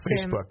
Facebook